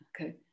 okay